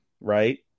Right